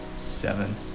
seven